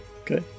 Okay